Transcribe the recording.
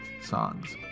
songs